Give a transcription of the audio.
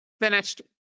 Finished